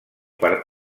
per